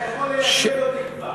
אתה יכול לייצג אותי כבר.